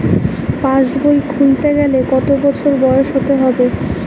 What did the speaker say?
পাশবই খুলতে গেলে কত বছর বয়স হতে হবে?